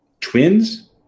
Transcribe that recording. Twins